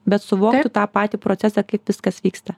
bet suvoktų tą patį procesą kaip viskas vyksta